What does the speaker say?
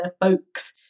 folks